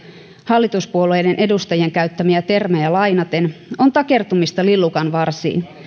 hallituspuolueiden edustajien käyttämiä termejä lainaten on takertumista lillukanvarsiin